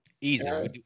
Easy